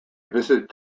visit